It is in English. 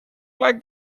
like